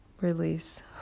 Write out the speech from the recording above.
Release